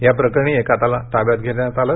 या प्रकरणी एकाला ताब्यात घेण्यात आले